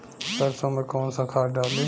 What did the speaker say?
सरसो में कवन सा खाद डाली?